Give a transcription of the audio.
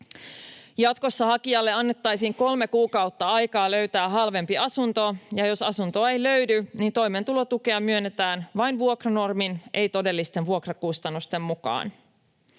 Jatkossa hakijalle annettaisiin kolme kuukautta aikaa löytää halvempi asunto, ja jos asuntoa ei löydy, niin toimeentulotukea myönnetään vain vuokranormin, ei todellisten vuokrakustannusten mukaan.